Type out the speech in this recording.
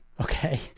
okay